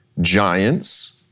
giants